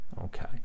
Okay